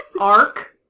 arc